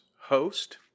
host